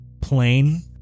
plain